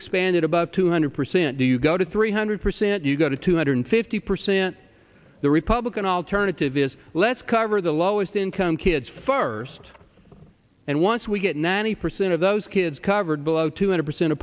expand it above two hundred percent do you go to three hundred percent you go to two hundred fifty percent the republican alternative is let's cover the lowest income kids first and once we get ninety percent of those kids covered below two hundred percent of